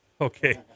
Okay